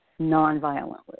nonviolently